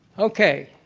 okay.